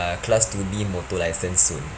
a class two B motor licence soon